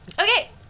Okay